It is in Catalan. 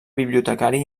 bibliotecari